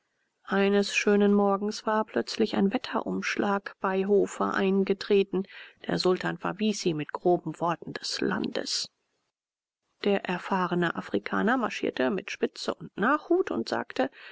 eines schönen morgens war plötzlich ein wetterumschlag bei hofe eingetreten der sultan verwies sie mit groben worten des landes der erfahrene afrikaner marschierte mit spitze und nachhut und sagte